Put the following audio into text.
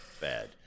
Bad